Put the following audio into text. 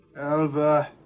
Alva